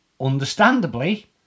Understandably